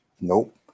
Nope